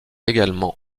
également